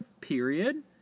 Period